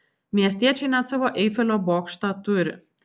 miestiečiai net savo eifelio bokštą turi